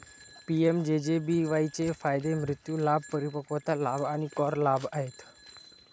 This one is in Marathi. पी.एम.जे.जे.बी.वाई चे फायदे मृत्यू लाभ, परिपक्वता लाभ आणि कर लाभ आहेत